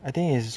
I think is